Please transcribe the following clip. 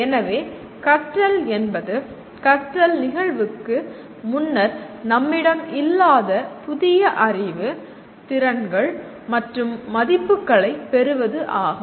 எனவே கற்றல் என்பது கற்றல் நிகழ்வுக்கு முன்னர் நம்மிடம் இல்லாத புதிய அறிவு திறன்கள் மற்றும் மதிப்புகளைப் பெறுவது ஆகும்